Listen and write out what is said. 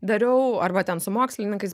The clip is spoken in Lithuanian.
dariau arba ten su mokslininkais